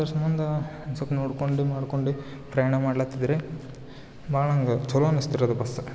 ಅದರ ಸಂಬಂಧ ಸ್ವಲ್ಪ್ ನೋಡ್ಕೊಂಡು ಮಾಡ್ಕೊಂಡೆ ಪ್ರಯಾಣ ಮಾಡ್ಲಾ ಹತ್ತಿದ್ರಿ ಭಾಳ್ ನಂಗ್ ಚಲೋ ಅನ್ಸಿತ್ ರೀ ಅದು ಬಸ್